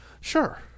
Sure